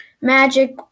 magic